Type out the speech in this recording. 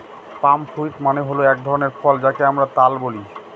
পাম fruit মানে হল এক ধরনের ফল যাকে আমরা তাল বলি